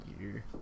year